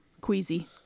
queasy